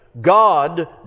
God